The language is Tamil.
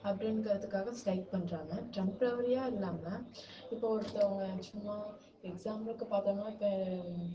அப்படிங்கிறதுக்காக ஸ்ட்ரைக் பண்ணுறாங்க டெம்ப்ரவரியா இல்லாமல் இப்போது ஒருத்தங்க சும்மா எக்ஸாம்பிளுக்கு பார்த்தோம்னா இப்போ